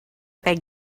caic